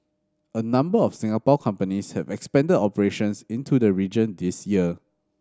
a number of Singapore companies have expanded operations into the region this year